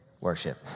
Worship